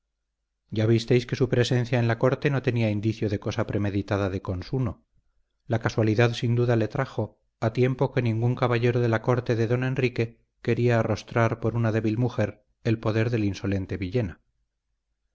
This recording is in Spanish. ya visteis que su presencia en la corte no tenía indicio de cosa premeditada de consuno la casualidad sin duda le trajo a tiempo que ningún caballero de la corte de don enrique quería arrostrar por una débil mujer el poder del insolente villena